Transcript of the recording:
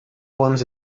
ones